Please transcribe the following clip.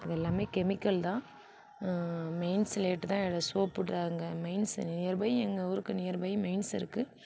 அது எல்லாமே கெமிக்கல் தான் மெயின் சிலேட் தான் சோப்பு மெயின்ஸ் நியர்பை எங்கள் ஊருக்கு நியர்பை மெயின்ஸ் இருக்குது